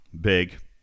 big